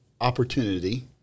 opportunity